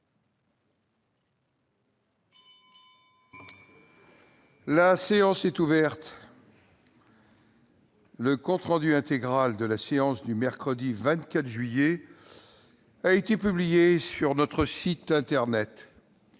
La séance est ouverte. Le compte rendu intégral de la séance du mercredi 24 juillet 2019 a été publié sur le site internet